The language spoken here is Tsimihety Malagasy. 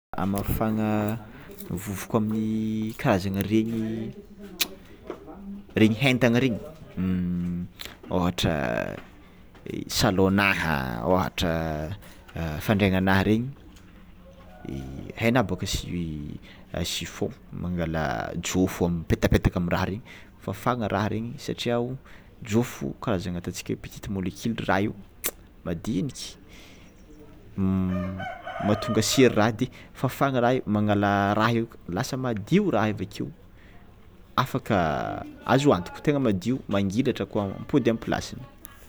Amafana vovoka amin'ny karazagna regny regny hentagna regny ôhatra salonnaha ohatra, fandrignanaha regny hainao bôka si- chiffon mangala jofo mipetapetaka amin'ny raha regny fafagna raha regny satria jofo karazana ataotsika hoe petite molecule raha io madinika, mahatonga sery raha ty fafagna magnala raha io lasa madio raha io avakeo afaka azo antoko tegna madio mangilatra ko mipôdy amin'ny plasiny.